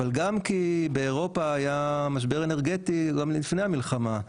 אבל גם כי באירופה היה משבר אנרגטי גם לפני המלחמה,